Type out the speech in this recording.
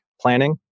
planning